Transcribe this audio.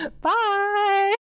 bye